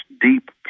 deep